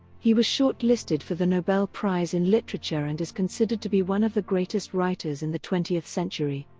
he was shortlisted for the nobel prize in literature and is considered to be one of the greatest writers in the twentieth century.